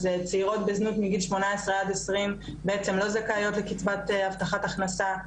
אז צעירות בזנות מגיל 18-20 בעצם לא זכאיות לקצבת הבטחת הכנסה,